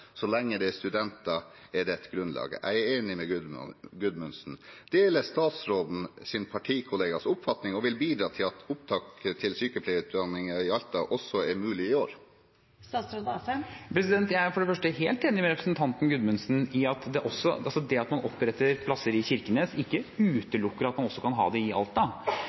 Så lenge det er studenter, er det også et grunnlag.» Jeg er enig med Gudmundsen. Deler statsråden sin partikollegas oppfatning, og vil bidra til at opptak til sykepleierutdanningen i Alta også er mulig i år? Jeg er for det første helt enig med representanten Gudmundsen i at det at man oppretter plasser i Kirkenes ikke utelukker at man også kan ha det i Alta.